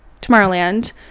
Tomorrowland